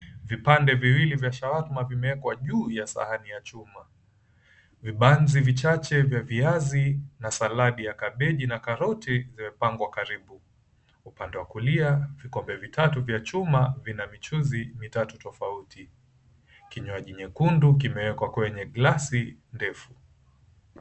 Vipande viwili vya shawarma vimewekwa juu ya sahani ya chuma , vibanzi vichache vya viazi na saladi ya kabeji na karoti zimepangwa karibu upande wa kulia , vikombe vitatu vya chuma vina michuzi vitatu tofauti. Kinywaji nyekundu kimewekwa kwenye glasi ndefu.